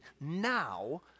now